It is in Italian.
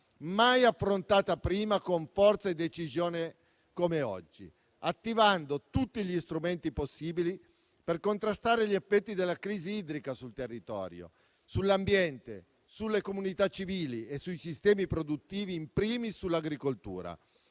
mai affrontata prima con forza e decisione come oggi, attivando tutti gli strumenti possibili per contrastare gli effetti della crisi idrica sul territorio, sull'ambiente, sulle comunità civili e sui sistemi produttivi, *in primis* sull'agricoltura.